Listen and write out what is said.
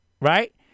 right